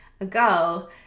ago